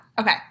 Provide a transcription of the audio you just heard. okay